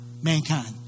mankind